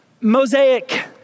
Mosaic